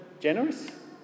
generous